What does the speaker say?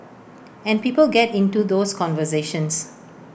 and people get into those conversations